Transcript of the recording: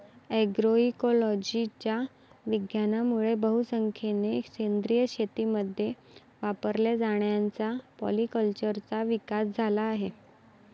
अग्रोइकोलॉजीच्या विज्ञानामुळे बहुसंख्येने सेंद्रिय शेतीमध्ये वापरल्या जाणाऱ्या पॉलीकल्चरचा विकास झाला आहे